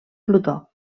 plutó